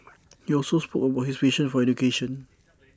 he also spoke about his passion for education